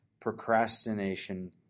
procrastination